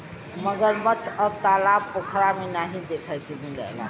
मगरमच्छ अब तालाब पोखरा में नाहीं देखे के मिलला